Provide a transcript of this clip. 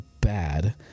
bad